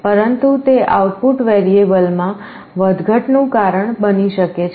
પરંતુ તે આઉટપુટ વેરીએબલમાં વધઘટનું કારણ બની શકે છે